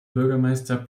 bürgermeister